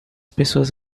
pessoas